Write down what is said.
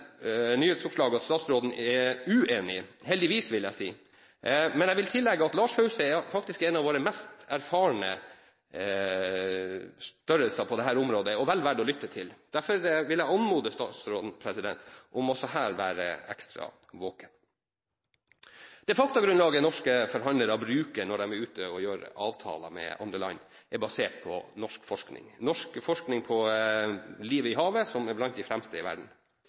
nyhetsoppslag at statsråden er uenig – heldigvis, vil jeg si – men jeg vil legge til at Lars Fause faktisk er en av våre mest erfarne størrelser på dette området, og vel verdt å lytte til. Derfor vil jeg anmode statsråden om også her å være ekstra våken. Det faktagrunnlaget norske forhandlere bruker når de er ute og gjør avtaler med andre land, er basert på norsk forskning på livet i havet, som er blant den fremste i verden.